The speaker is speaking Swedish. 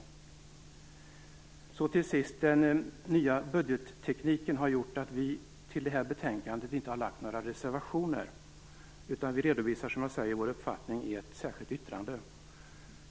Till sist vill jag säga att den nya budgettekniken har gjort att vi till detta betänkande inte har ställt några reservationer. Vi redovisar, som jag sade, vår uppfattning i ett särskilt yttrande.